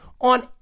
on